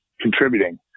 contributing